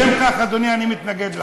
משום כך, אדוני, אני מתנגד לחוק.